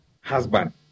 husband